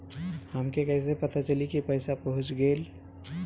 हमके कईसे पता चली कि पैसा पहुच गेल?